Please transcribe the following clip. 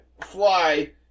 fly